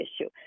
issue